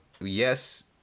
yes